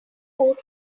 port